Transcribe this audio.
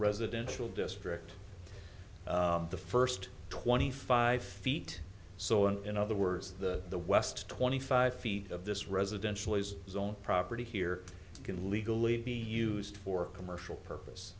residential district the first twenty five feet so in other words the the west twenty five feet of this residential is zone property here can legally be used for commercial purpose